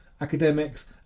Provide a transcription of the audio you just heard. academics